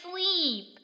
sleep